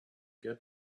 get